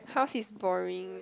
house is boring